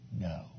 No